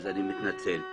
אני מתנצל.